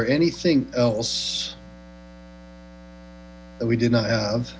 or anything else we did not have